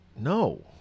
No